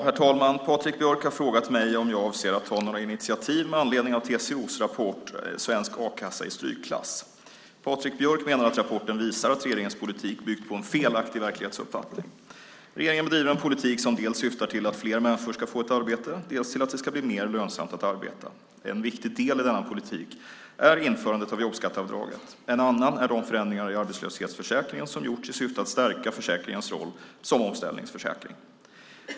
Herr talman! Patrik Björck har frågat mig om jag avser att ta några initiativ med anledning av TCO:s rapport Svensk a-kassa i strykklass . Patrik Björck menar att rapporten visar att regeringens politik byggt på en felaktig verklighetsuppfattning. Regeringen bedriver en politik som dels syftar till att fler människor ska få ett arbete, dels till att det ska bli mer lönsamt att arbeta. En viktig del i denna politik är införandet av jobbskatteavdraget, en annan är de förändringar i arbetslöshetsförsäkringen som gjorts i syfte att stärka försäkringens roll som omställningsförsäkring.